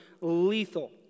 lethal